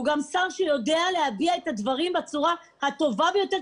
הוא גם שר שיודע להביע את הדברים בצורה הטובה ביותר,